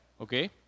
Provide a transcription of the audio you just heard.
Okay